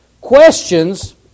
questions